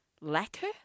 Lacquer